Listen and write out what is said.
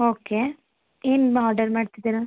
okay ಏನು order ಮಾಡ್ತಿದ್ದೀರಾ